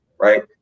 right